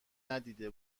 ندیده